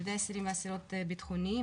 ילדי אסירים ואסירות ביטחוניים,